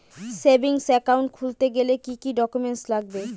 Savings account খুলতে গেলে কি কি ডকুমেন্টস লাগবে?